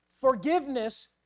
forgiveness